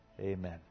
Amen